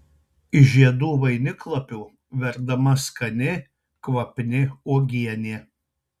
iš žiedų vainiklapių verdama skani kvapni uogienė